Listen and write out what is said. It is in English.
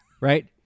Right